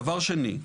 דבר שני,